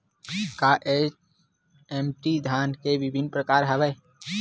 का एच.एम.टी धान के विभिन्र प्रकार हवय?